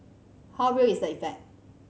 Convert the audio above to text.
how real is the effect